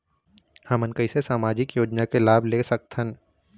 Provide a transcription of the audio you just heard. हमन कैसे सामाजिक योजना के लाभ ले सकथन?